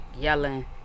yelling